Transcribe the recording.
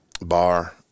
Bar